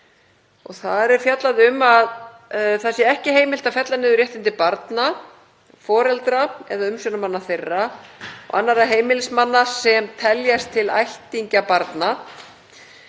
Þar er fjallað um að ekki sé heimilt að fella niður réttindi barna, foreldra eða umsjónarmanna þeirra og annarra heimilismanna sem teljast til ættingja barna,